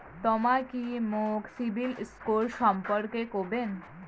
তমা কি মোক সিবিল স্কোর সম্পর্কে কবেন?